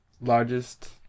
largest